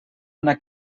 una